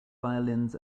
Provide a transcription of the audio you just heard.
violins